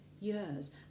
years